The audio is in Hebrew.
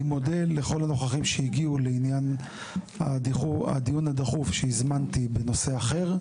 אני מודה לכל הנוכחים שהגיעו לעניין הדיון הדחוף שהזמנתי בנושא אחר.